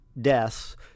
deaths